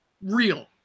real